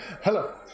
Hello